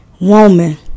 woman